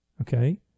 Okay